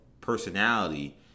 personality